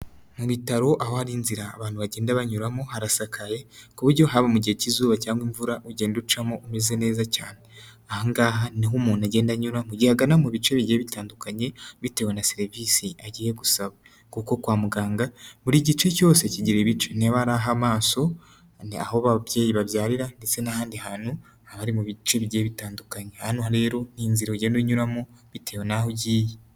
Mu bitaro aho hari inzira abantu bagenda banyuramo harasakaye ku buryo haba mu gihe cy'izuba cyangwa imvura ugenda ucamo umeze neza cyane. Ahangaha niho umuntu agenda anyura mu gihe agana mu bice bigiye bitandukanye bitewe na serivisi agiye gusaba, kuko kwa muganga buri gice cyose kigira ibice niba hari ahamaso, aho ababyeyi babyarira ndetse n'ahandi hantu hari mu bice bigiye bitandukanye, hano rero ni inzira ugenda unyuramo bitewe n'aho ugiye.